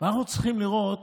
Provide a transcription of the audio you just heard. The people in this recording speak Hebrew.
אנחנו צריכים לראות